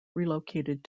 relocated